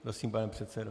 Prosím, pane předsedo.